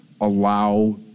allow